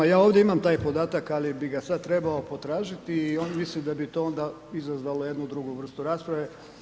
Ja ovdje imam taj podatak, ali bi ga sad trebao potražiti i mislim da bi to onda izazvalo jednu drugu vrstu rasprave.